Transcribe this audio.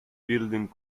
building